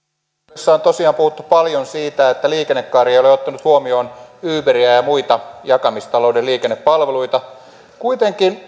julkisuudessa on tosiaan puhuttu paljon siitä että liikennekaari ei ole ottanut huomioon uberia ja ja muita jakamistalouden liikennepalveluita